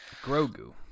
Grogu